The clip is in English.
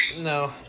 No